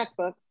checkbooks